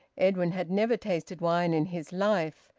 edwin had never tasted wine in his life,